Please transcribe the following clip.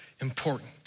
important